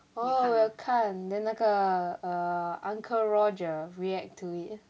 oh 我有看 then 那个 err uncle roger react to it